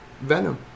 Venom